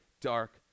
dark